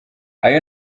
ayo